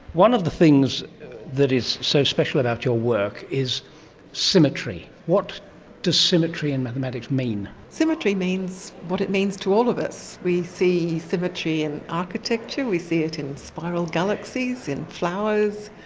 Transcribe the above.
one of the things that is so special about your work is symmetry. what does symmetry in mathematics mean? symmetry means what it means to all of us. we see symmetry in architecture, we see it in spiral galaxies, in flowers,